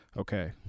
okay